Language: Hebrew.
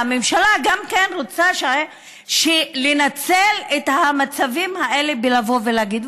והממשלה גם רוצה לנצל את המצבים אלה לבוא ולהגיד.